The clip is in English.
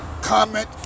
comment